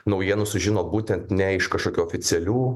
naujienų sužino būtent ne iš kažkokių oficialių